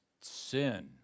sin